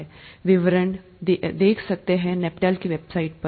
विवरण दिख सकते हो एनपीटीईएल की वेबसाइट पर